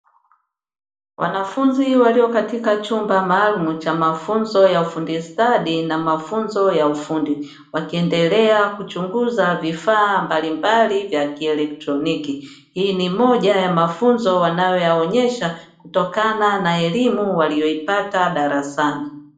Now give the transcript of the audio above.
Wanafunzi waliokatika chumba maalumu cha mafunzo ya ufundi stadi na mafunzo ya ufundi wakiendelea kuchunguza vifaa mbalimbali vya kielektroniki, hii ni moja ya mafunzo wanaoyaonyesha kutokana na elimu waliyoipata darasani.